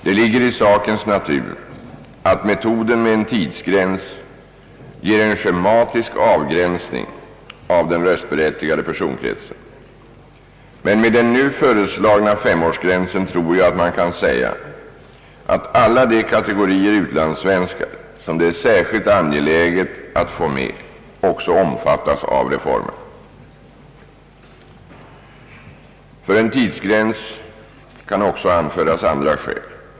Det ligger i sakens natur att metoden med en tidsgräns ger en schematisk avgränsning av den röstberättigade personkretsen. Men med den nu föreslagna femårsgränsen tror jag att man kan säga att alla de kategorier utlandssvenskar som det är särskilt angeläget att få med också omfattas av reformen. För en tidsgräns kan emellertid också anföras andra skäl.